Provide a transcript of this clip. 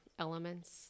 elements